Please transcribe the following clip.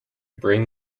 bring